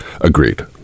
agreed